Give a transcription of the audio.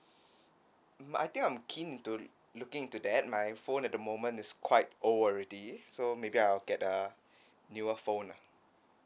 mm I think I'm keen into looking into that my phone at the moment is quite old already so maybe I'll get a newer phone